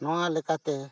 ᱱᱚᱣᱟ ᱞᱮᱠᱟᱛᱮ